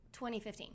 2015